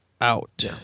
out